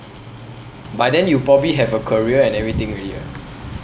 by then you probably have a career and everything already [what]